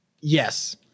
Yes